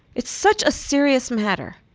it's such a serious matter.